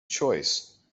choice